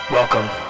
Welcome